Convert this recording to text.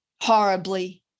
horribly